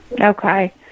Okay